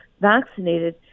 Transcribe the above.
vaccinated